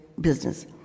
business